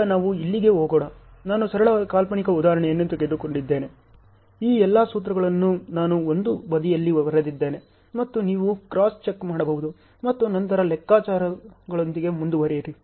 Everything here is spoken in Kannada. ಈಗ ನಾವು ಇಲ್ಲಿಗೆ ಹೋಗೋಣ ನಾನು ಸರಳ ಕಾಲ್ಪನಿಕ ಉದಾಹರಣೆಯನ್ನು ತೆಗೆದುಕೊಂಡಿದ್ದೇನೆ ಈ ಎಲ್ಲಾ ಸೂತ್ರಗಳನ್ನು ನಾನು ಒಂದು ಬದಿಯಲ್ಲಿ ಬರೆದಿದ್ದೇನೆ ಮತ್ತು ನೀವು ಕ್ರಾಸ್ ಚೆಕ್ ಮಾಡಬಹುದು ಮತ್ತು ನಂತರ ಲೆಕ್ಕಾಚಾರಗಳೊಂದಿಗೆ ಮುಂದುವರಿಯಿರಿ